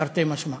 תרתי משמע.